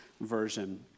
Version